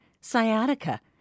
sciatica